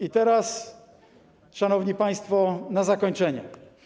I teraz, szanowni państwo, na zakończenie.